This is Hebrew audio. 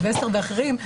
סילבסטר ואחרים,